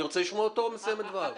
אני רוצה לשמוע אותו מסיים לבד.